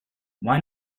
why